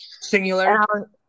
Singular